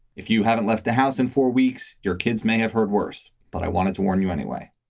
if you haven't left the house in four weeks, your kids may have heard worse. but i wanted to warn you anyway